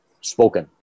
spoken